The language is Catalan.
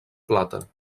plata